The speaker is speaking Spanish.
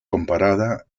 comparada